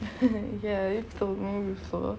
you told me before